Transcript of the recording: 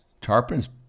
Tarpon's